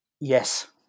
Yes